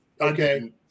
Okay